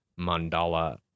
mandala